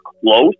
close